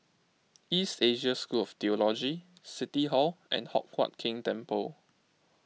East Asia School of theology City Hall and Hock Huat Keng Temple